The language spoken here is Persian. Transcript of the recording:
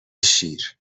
شیر